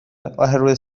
oherwydd